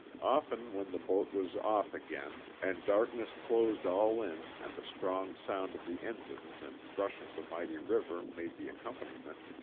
often when the boat was off again and dark ness closed all in and the strong sound of the engines and rush of the mighty river made the accompaniment,